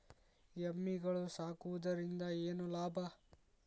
ಎಮ್ಮಿಗಳು ಸಾಕುವುದರಿಂದ ಏನು ಲಾಭ?